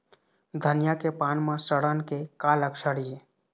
धनिया के पान म सड़न के का लक्षण ये?